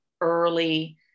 early